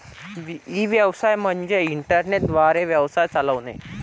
E व्यवसाय म्हणजे internet द्वारे व्यवसाय चालवणे